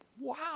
wow